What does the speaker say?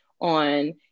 on